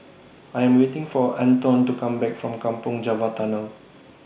I Am waiting For Antone to Come Back from Kampong Java Tunnel